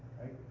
right